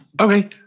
okay